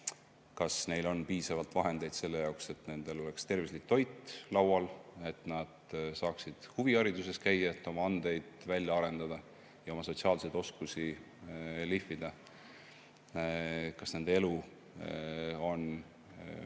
Kas neil on piisavalt vahendeid selle jaoks, et nendel oleks tervislik toit laual, et nad saaksid huviringides käia, et oma andeid välja arendada ja oma sotsiaalseid oskusi lihvida? Kas nende elu on